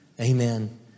Amen